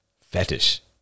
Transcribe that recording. fetish